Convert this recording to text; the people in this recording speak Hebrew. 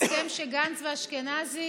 הסכם שגנץ ואשכנזי